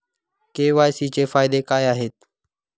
KYC चे फायदे काय आहेत?